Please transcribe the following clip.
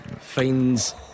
Finds